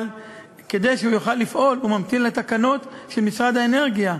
אבל כדי שהוא יוכל לפעול הוא ממתין לתקנות של משרד האנרגיה,